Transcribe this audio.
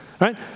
right